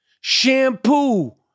shampoo